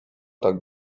tak